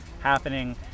happening